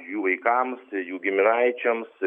jų vaikams jų giminaičiams